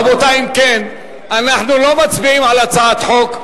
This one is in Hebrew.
רבותי, אם כן, אנחנו לא מצביעים על הצעת החוק.